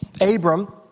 Abram